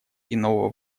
иного